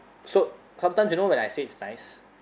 so sometimes you know when I say it's nice